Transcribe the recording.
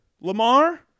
Lamar